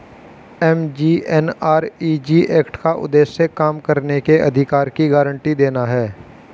MGNREG act का उद्देश्य काम करने के अधिकार की गारंटी देना है